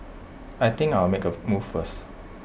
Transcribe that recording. I think I'll make A move first